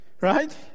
right